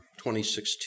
2016